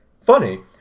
Funny